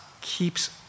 keeps